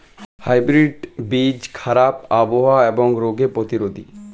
hybrid বীজ খারাপ আবহাওয়া এবং রোগে প্রতিরোধী